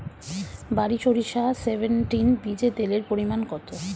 বারি সরিষা সেভেনটিন বীজে তেলের পরিমাণ কত?